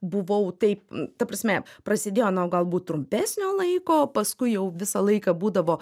buvau taip ta prasme prasidėjo nuo galbūt trumpesnio laiko paskui jau visą laiką būdavo